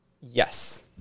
Yes